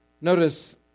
Notice